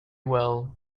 well